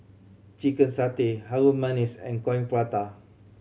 chicken satay Harum Manis and Coin Prata